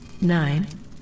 nine